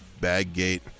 Baggate